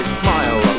smile